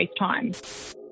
FaceTime